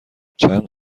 چند